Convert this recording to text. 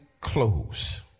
close